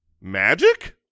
magic